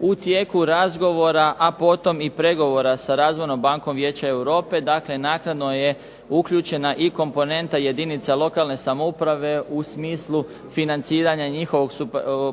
U tijeku razgovora a potom i pregovora sa Razvojnom bankom Vijeća Europe naknadno je uključena i komponenta jedinica lokalne samouprave u smislu financiranja njihovog